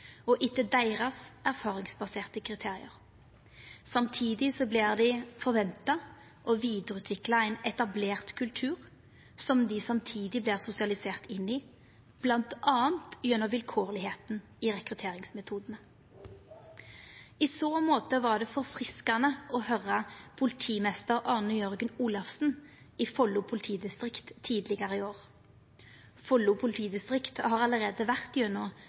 og etter deira erfaringsbaserte kriterium. Samtidig vert dei forventa å utvikla vidare ein etablert kultur som dei samtidig vert sosialiserte inn i, bl.a. gjennom vilkårlegheita i rekrutteringsmetodane. I så måte var det forfriskande å høyra politimeister Arne Jørgen Olafsen i Follo politidistrikt tidlegare i år. Follo politidistrikt har allereie vore